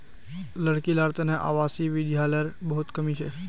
लड़की लार तने आवासीय विद्यालयर बहुत कमी छ